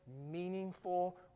meaningful